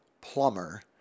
Plumber